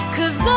Cause